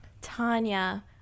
Tanya